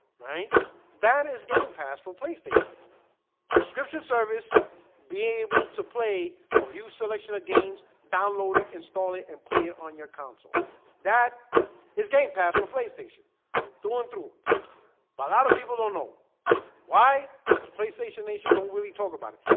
write that is game pass for playstation subscription service be able to play or view selection of games download it install it and play it on your console that is game pass for playstation through and through but a lot of people don't know why because playstation nation don't really talk about it.